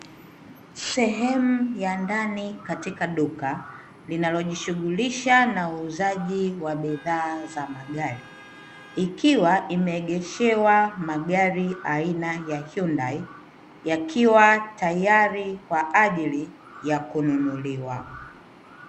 Sehemu ya ndani katika duka linalojishughulisha uuzaji wa bidhaa za magari ikiwa imeegesha magari aina ya "Hyundai" yakiwa tayari kwa ajili ya kununuliwa.